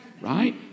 Right